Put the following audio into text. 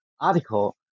article